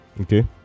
okay